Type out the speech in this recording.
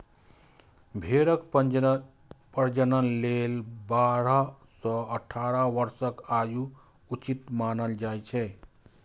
भेड़क प्रजनन लेल बारह सं अठारह वर्षक आयु उचित मानल जाइ छै